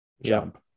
Jump